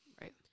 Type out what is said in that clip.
Right